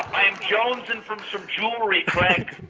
i'm jonesing for some jewelry, craig.